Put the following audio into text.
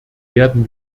werden